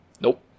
Nope